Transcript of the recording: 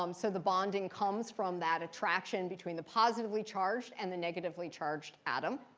um so the bonding comes from that attraction between the positively charged and the negatively charged atom,